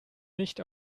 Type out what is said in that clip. nicht